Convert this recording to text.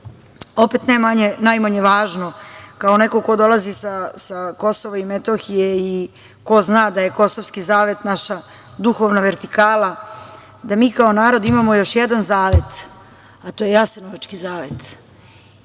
ne najmanje važno, kao neko ko dolazi sa Kosova i Metohije i ko zna da je kosovski zavet naša duhovna vertikala, mi kao narod imamo još jedan zavet, a to je jasenovački zavet